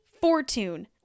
Fortune